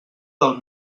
del